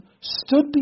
stood